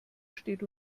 steht